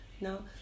now